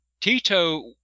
Tito